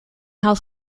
health